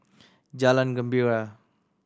Jalan Gembira